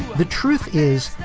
the truth is,